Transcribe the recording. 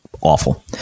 awful